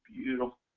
beautiful